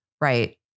Right